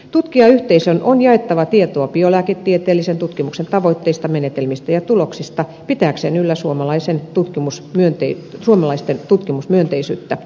tutkijayhteisön on jaettava tietoa biolääketieteellisen tutkimuksen tavoitteista menetelmistä ja tuloksista pitääkseen yllä suomalaisten tutkimusmyönteisyyttä